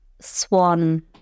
Swan